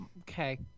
Okay